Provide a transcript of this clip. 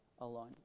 alone